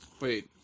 Wait